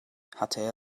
hatte